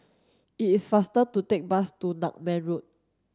it is faster to take the bus to Nutmeg Road